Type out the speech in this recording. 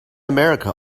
america